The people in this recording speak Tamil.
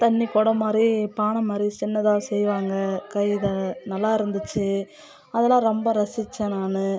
தண்ணி குடம் மாதிரி பானை மாதிரி சின்னதாக செய்வாங்க கை நல்லா இருந்துச்சு அதெல்லாம் ரொம்ப ரசித்தேன் நான்